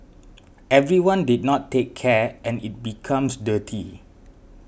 everyone did not take care and it becomes dirty